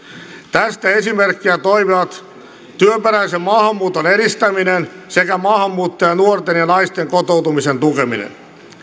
tästä esimerkkeinä toimivat työperäisen maahanmuuton edistäminen sekä maahanmuuttajanuorten ja naisten kotoutumisen tukeminen